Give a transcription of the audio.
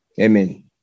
Amen